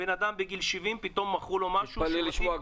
הבן אדם בגיל 70 פתאום מכרו לו משהו --- תתפלא לשמוע,